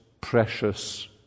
precious